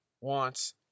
wants